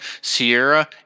Sierra